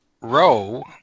row